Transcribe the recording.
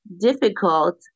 difficult